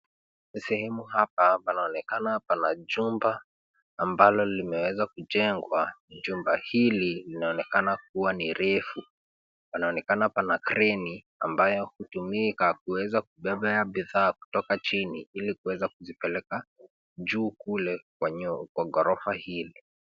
Sehemu hapa panaonekana pana jumba ambalo limeweza kujengwa. Jumba hili linaonekana kua ni refu. Panaonekana pana kreni ambayo hutumika kuweza kubebea bidhaa kutoka chini, ili kuweza kuzipeleka juu kule kwenye ghorofa hili.